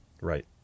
Right